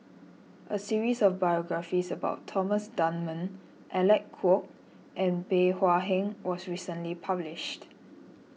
a series of biographies about Thomas Dunman Alec Kuok and Bey Hua Heng was recently published